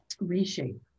reshape